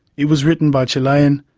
it was written by chilean,